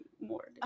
more